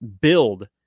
build